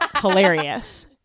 hilarious